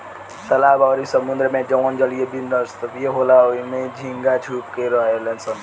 तालाब अउरी समुंद्र में जवन जलीय वनस्पति होला ओइमे झींगा छुप के रहेलसन